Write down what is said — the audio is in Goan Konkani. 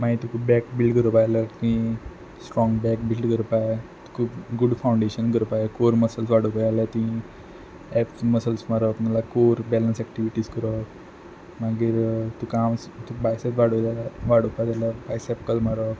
माई तुक बॅक बिल्ड करपा जाय आल्या तुंयें स्ट्रॉंग बॅक बिल्ड करपा जाय तुक गूड फावंडेशन करपा जाय कोर मसल्स वाडोवपा जाय आल्या तुंयें एब्स मसल्स मारप नाल्या कोर बॅलंस एक्टिविटीज करप मागीर तुका आर्म्स तुक बायसॅप वाडोवंक जाय वाडोवपा जाय आल्या बायसॅप कर्ल मारप